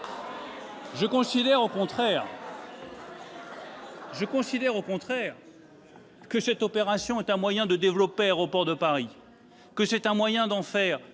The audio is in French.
Je considère au contraire que cette opération est un moyen de développer Aéroports de Paris, que c'est un moyen d'en faire